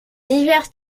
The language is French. divers